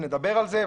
נדבר על זה,